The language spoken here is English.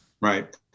Right